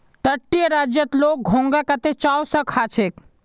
तटीय राज्यत लोग घोंघा कत्ते चाव स खा छेक